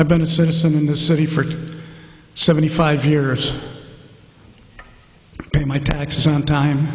i've been a citizen in the city for seventy five years my taxes on time